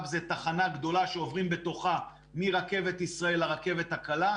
שזו תחנה גדולה שעוברים בה מהרכבת לרכבת הקלה,